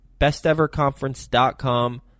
besteverconference.com